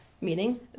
Meaning